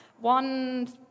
one